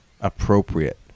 appropriate